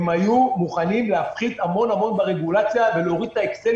הם היו מוכנים להפחית המון המון ברגולציה ולהוריד את האקסלים